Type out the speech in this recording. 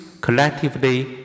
collectively